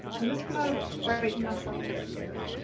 i'm just gonna brighten this up a bit here.